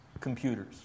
computers